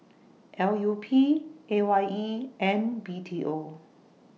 L U P A Y E and B T O